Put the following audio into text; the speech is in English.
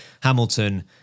Hamilton